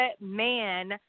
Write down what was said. man